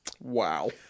Wow